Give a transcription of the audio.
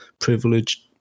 privileged